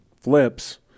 flips